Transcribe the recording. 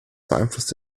beeinflusst